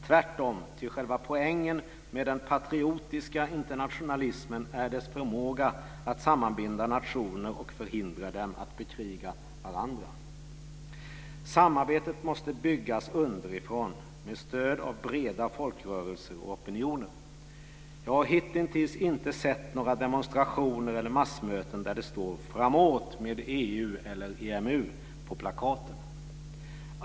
Tvärtom, ty själva poängen med den patriotiska internationalismen är dess förmåga att sammanbinda nationer och förhindra dem att bekriga alla andra. Samarbetet måste byggas underifrån med stöd av breda folkrörelseopinioner. Jag har hitintills inte sett några demonstrationer eller massmöten där det står Framåt med EU eller Framåt med EMU på plakaten.